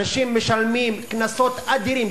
אנשים משלמים קנסות אדירים.